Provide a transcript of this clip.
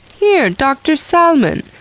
here. dr. salmon,